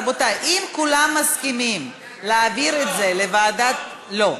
רבותי, אם כולם מסכימים להעביר את זה לוועדה, לא.